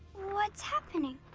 what's happening?